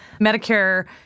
Medicare